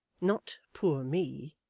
not poor me.